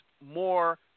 more